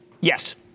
Yes